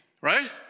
Right